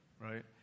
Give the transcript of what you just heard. right